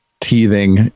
teething